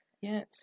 Yes